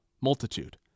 multitude